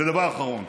ודבר אחרון: